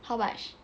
how much